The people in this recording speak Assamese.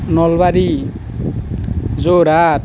নলবাৰী যোৰহাট